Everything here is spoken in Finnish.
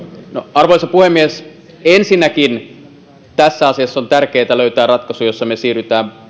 arvoisa puhemies ensinnäkin tässä asiassa on tärkeätä löytää ratkaisu jossa me siirrymme